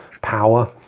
power